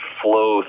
flow